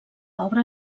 obra